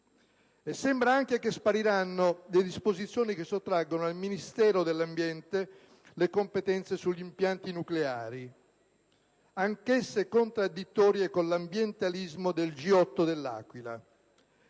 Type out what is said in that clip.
Sembra che spariranno anche le disposizioni che sottraggono al Ministero dell'ambiente le competenze sugli impianti nucleari, anch'esse contraddittorie con l'ambientalismo del G8 dell'Aquila.